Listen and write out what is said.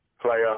player